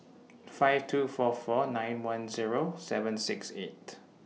five two four four nine one Zero seven six eight